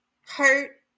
hurt